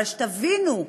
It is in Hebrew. שתבינו,